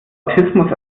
autismus